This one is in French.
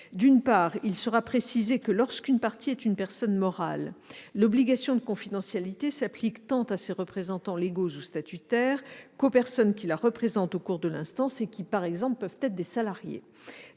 D'une part, il sera précisé que, lorsqu'une partie est une personne morale, l'obligation de confidentialité s'applique tant à ses représentants légaux ou statutaires qu'aux personnes qui la représentent au cours de l'instance et qui peuvent être, par exemple, des salariés.